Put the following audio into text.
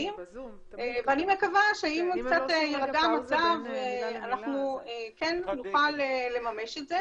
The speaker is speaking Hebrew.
ואני מקווה שאם קצת יירגע המצב אנחנו כן נוכל לממש את זה.